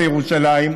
לירושלים.